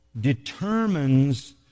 determines